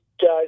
guys